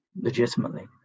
legitimately